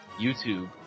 YouTube